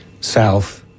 south